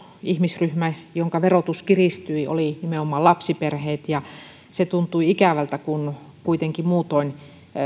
ihmisryhmä jonka verotus kiristyi olivat nimenomaan lapsiperheet se tuntui ikävältä kun kuitenkin muutoin